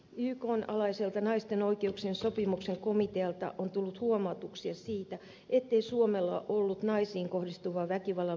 ykn alaiselta naisten oikeuksien sopimuksen komitealta on tullut huomautuksia siitä ettei suomella ollut naisiin kohdistuvan väkivallan vähentämisen ohjelmaa